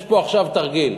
יש פה עכשיו תרגיל: